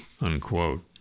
unquote